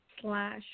slash